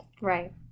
Right